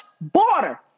Border